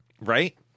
Right